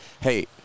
hey